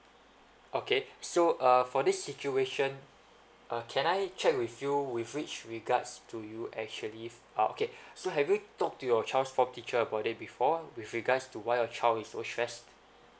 okay so uh for this situation uh can I check with you with which regards to you actually uh okay so have you talked to your child's form teacher about it before with regards to why your child is so stressed